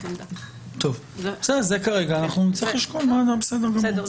זה סעיף דומה לסעיף שמדבר על יחסי מין בין מטפל נפשי למטופל,